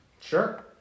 Sure